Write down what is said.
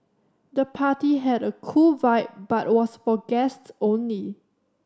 the party had a cool vibe but was for guests only